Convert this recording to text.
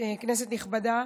כנסת נכבדה,